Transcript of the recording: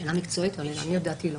זו שאלה מקצועית, לעניות דעתי לא.